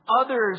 Others